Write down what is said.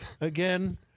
again